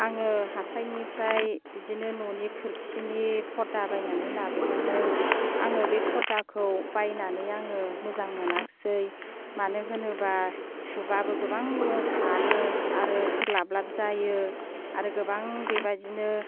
आङो हाथाइनिफ्राय बिदिनो न'नि खोरखिनि फर्दा बायनानै लाबोदोंमोन आङो बे फर्दाखौ बायनानै आङो मोजां मोनाखिसै मानो होनोबा सुबाबो गोबां रं खारो आरो सोरलाब लाब जायो आरो गोबां बेबादिनो